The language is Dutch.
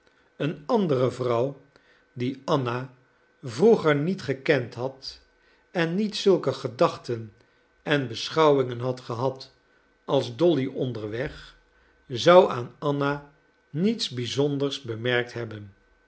een andere vrouw die anna vroeger niet gekend had en niet zulke gedachten en beschouwingen had gehad als dolly onderweg zou aan anna niets bizonders bemerkt hebben